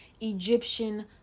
egyptian